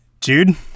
Jude